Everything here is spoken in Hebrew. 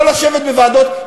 לא לשבת בוועדות,